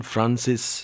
Francis